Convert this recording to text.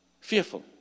fearful